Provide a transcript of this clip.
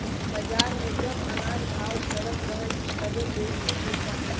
बाजार में जब अनाज भाव चढ़ल रहे तबे बेचे के चाही